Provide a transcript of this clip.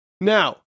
Now